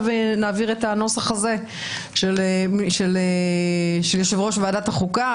נעביר את הנוסח הזה של יושב ראש ועדת החוקה?